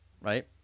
right